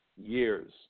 Years